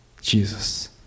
Jesus